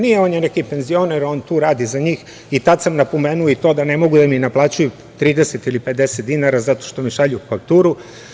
Ne, on je neki penzioner, on tu radi za njih i tad sam napomenuo da ne mogu da mi naplaćuju 30 ili 50 dinara zato što mi šalju fakturu.